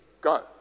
go